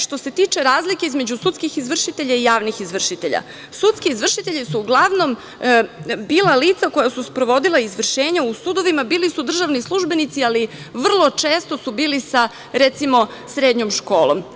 Što se tiče razlike između sudskih izvršitelja i javnih izvršitelja, sudski izvršitelji su uglavnom bila lica koja su sprovodila izvršenje u sudovima, bili su državni službenici, ali vrlo često su bili sa, recimo, srednjom školom.